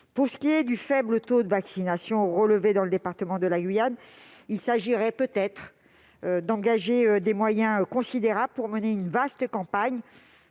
Pour ce qui est du faible taux de vaccination relevé dans le département de la Guyane, il faudrait plutôt engager des moyens à un niveau suffisant pour mener une vaste campagne